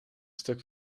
stuk